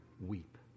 weep